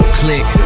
click